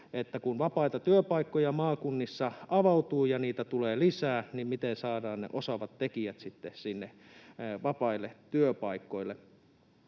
Kun vapaita työpaikkoja maakunnissa avautuu ja niitä tulee lisää, miten saadaan osaavat tekijät sitten sinne vapaille työpaikoille?